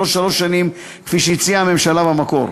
ולא שלוש שנים כפי שהציעה הממשלה במקור,